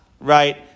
right